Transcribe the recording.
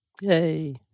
Yay